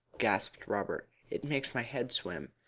gasped robert. it makes my head swim.